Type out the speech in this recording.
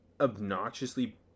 obnoxiously